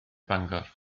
bangor